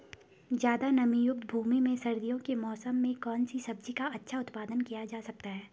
ज़्यादा नमीयुक्त भूमि में सर्दियों के मौसम में कौन सी सब्जी का अच्छा उत्पादन किया जा सकता है?